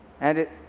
and. it